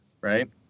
right